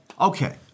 Okay